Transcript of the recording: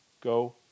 go